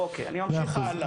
אוקיי, אני ממשיך הלאה.